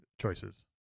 choices